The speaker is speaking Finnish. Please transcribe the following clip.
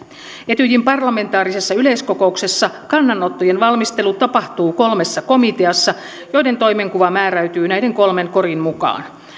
etyjin parlamentaarisessa yleiskokouksessa kannanottojen valmistelu tapahtuu kolmessa komiteassa joiden toimenkuva määräytyy näiden kolmen korin mukaan